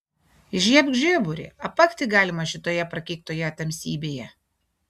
įžiebk žiburį apakti galima šitoje prakeiktoje tamsybėje